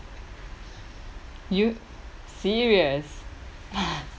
you serious